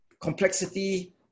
complexity